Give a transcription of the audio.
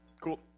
Cool